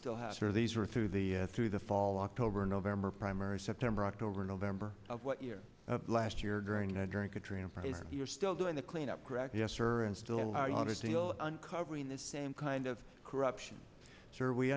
still have these were through the through the fall october november primary september october november of what year last year during the during katrina you're still doing the cleanup correct yes sir and still uncovering the same kind of corruption sir we